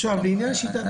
כמה